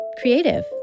creative